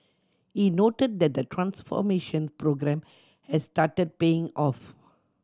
he noted that the transformation programme has started paying off